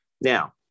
Now